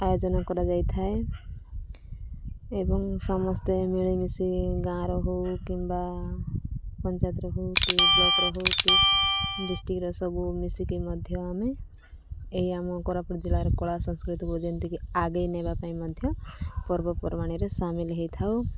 ଆୟୋଜନ କରାଯାଇଥାଏ ଏବଂ ସମସ୍ତେ ମିଳିମିଶି ଗାଁର ହଉ କିମ୍ବା ପଞ୍ଚାୟତର ହଉ କି ବ୍ଲକର ହଉ କି ଡିଷ୍ଟ୍ରିକ୍ଟର ସବୁ ମିଶିକି ମଧ୍ୟ ଆମେ ଏଇ ଆମ କୋରାପୁଟ ଜିଲ୍ଲାର କଳା ସଂସ୍କୃତିକୁ ଯେମିତିକି ଆଗେଇ ନେବା ପାଇଁ ମଧ୍ୟ ପର୍ବପର୍ବାଣିରେ ସାମିଲ ହେଇଥାଉ